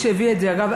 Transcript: אגב,